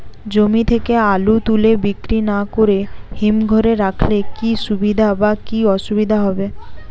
জমি থেকে আলু তুলে বিক্রি না করে হিমঘরে রাখলে কী সুবিধা বা কী অসুবিধা হবে?